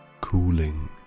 cooling